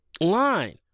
line